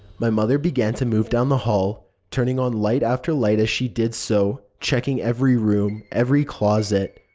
my mother began to move down the hall, turning on light after light as she did so, checking every room, every closet.